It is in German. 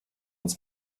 uns